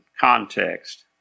context